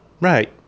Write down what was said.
right